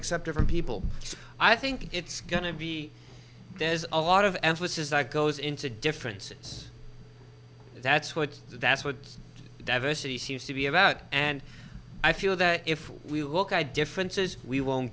except different people i think it's going to be there's a lot of emphasis that goes into differences that's what that's what diversity seems to be about and i feel that if we look i differences we won't